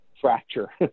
fracture